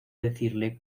decirle